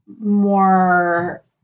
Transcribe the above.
more